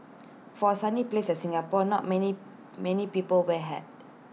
for A sunny place like Singapore not many many people wear A hat